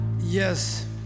Yes